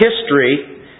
history